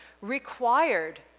required